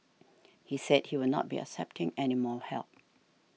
he said he will not be accepting any more help